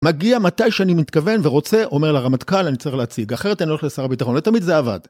מגיע מתי שאני מתכוון ורוצה אומר לרמטכ"ל אני צריך להציג אחרת אני הולך לשר הביטחון לא תמיד זה עבד